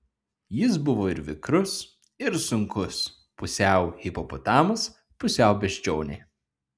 jis buvo ir vikrus ir sunkus pusiau hipopotamas pusiau beždžionė